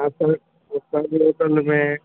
हा त असांजे होटल में